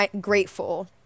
grateful